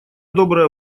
добрая